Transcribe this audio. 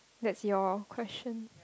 that's your question